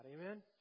amen